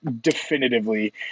definitively